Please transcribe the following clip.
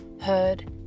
heard